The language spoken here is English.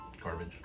Garbage